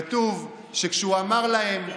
כתוב על יוסף, הוא אמר להם: